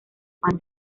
juan